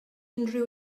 unrhyw